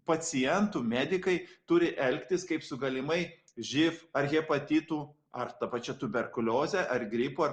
pacientu medikai turi elgtis kaip su galimai živ ar hepatitu ar ta pačia tuberkulioze ar gripo